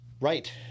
Right